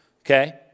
okay